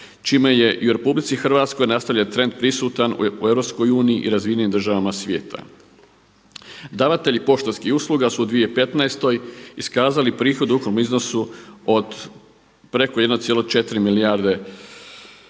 čime je i u RH nastavljen trend prisutan u EU i razvijenim državama svijeta. Davatelji poštanskih usluga su u 2015. iskazali prihod u ukupnom iznosu od preko 1,4 milijarde kuna